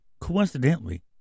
coincidentally